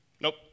Nope